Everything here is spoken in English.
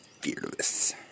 fearless